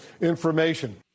information